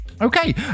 Okay